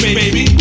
Baby